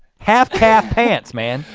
half-caff pants man.